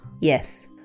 Yes